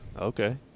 Okay